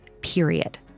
period